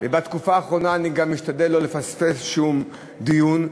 בתקופה האחרונה אני גם משתדל לא לפספס שום דיון,